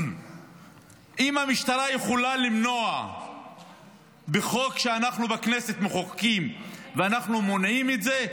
אם המשטרה יכולה למנוע בחוק שאנחנו בכנסת מחוקקים ואנחנו מונעים את זה,